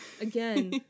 Again